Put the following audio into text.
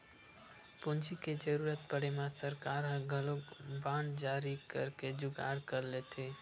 पूंजी के जरुरत पड़े म सरकार ह घलोक बांड जारी करके जुगाड़ कर लेथे